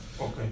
Okay